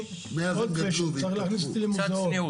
היום ברשויות שבהן אין מועצה דתית אין שום הסדרה איך הרב המקומי עובד.